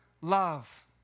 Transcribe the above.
love